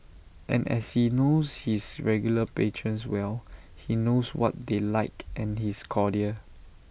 and as he knows his regular patrons well he knows what they like and is cordial